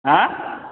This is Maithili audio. आँय